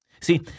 See